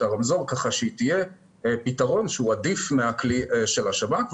הרמזור ככה שהיא תהיה פתרון שהוא עדיף מהכלי של השב"כ.